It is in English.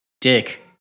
Dick